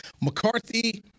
McCarthy